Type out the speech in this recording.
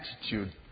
attitude